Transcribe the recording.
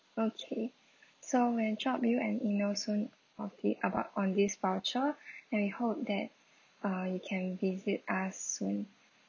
okay so we'll drop you an email soon of the about on this voucher and we hope that uh you can visit us soon